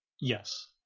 Yes